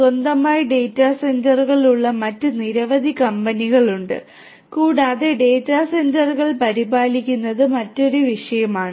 സ്വന്തമായി ഡാറ്റാ സെന്ററുകളുള്ള മറ്റ് നിരവധി കമ്പനികളുണ്ട്കൂടാതെ ഡാറ്റാ സെന്ററുകൾ പരിപാലിക്കുന്നത് മറ്റൊരു വിഷയമാണ്